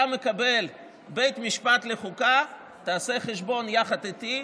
אתה מקבל בית משפט לחוקה, תעשה חשבון יחד איתי,